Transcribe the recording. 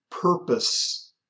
purpose